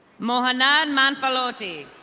mohanan mafaloti.